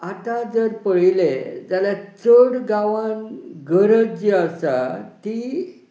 आतां जर पळयलें जाल्यार चड गांवान गरज जी आसा ती